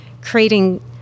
creating